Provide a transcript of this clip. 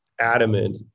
adamant